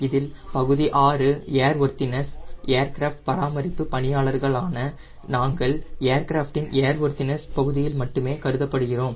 இதில் பகுதி 6 airworthiness aircraft பராமரிப்பு பணியாளர்களான நாங்கள் ஏர்கிராப்ட் இன் ஏர்ஒர்த்தினஸ் பகுதியில் மட்டுமே கருதப்படுகிறோம்